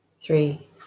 three